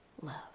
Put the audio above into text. love